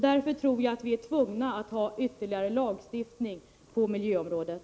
Därför tror jag att vi är tvungna att ha ytterligare lagstiftning på miljöområdet.